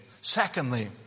Secondly